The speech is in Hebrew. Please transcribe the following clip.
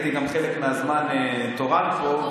הייתי גם חלק מהזמן תורן פה.